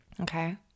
Okay